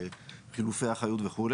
חילופי האחריות וכו'.